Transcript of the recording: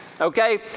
okay